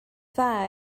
dda